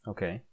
Okay